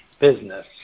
business